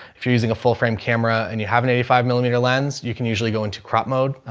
if you're using a full frame camera and you have an eighty five millimeter lens, you can usually go into crop mode. ah,